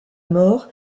mort